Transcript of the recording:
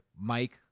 Mike